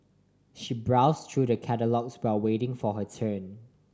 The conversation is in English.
she browse through the catalogues while waiting for her turn